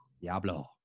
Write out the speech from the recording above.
Diablo